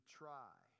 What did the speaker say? try